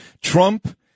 Trump